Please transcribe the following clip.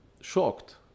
shocked